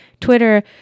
Twitter